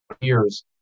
years